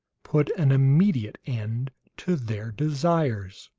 put an immediate end to their desires!